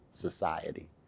society